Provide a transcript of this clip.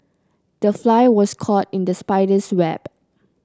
the fly was caught in the spider's web